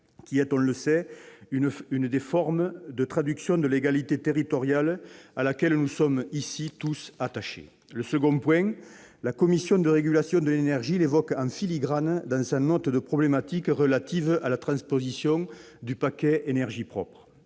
qui est, on le sait, une forme de traduction de l'égalité territoriale à laquelle nous sommes ici tous attachés. Le second point, la Commission de régulation de l'énergie, la CRE, l'évoque en filigrane dans sa note de problématique relative à la transposition du paquet énergie propre.